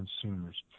consumers